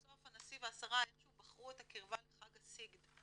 בסוף הנשיא והשרה איך שהוא בחרו את הקרבה לחג הסיגד,